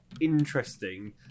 interesting